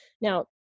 Now